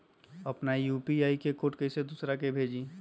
अपना यू.पी.आई के कोड कईसे दूसरा के भेजी?